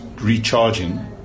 recharging